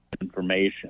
information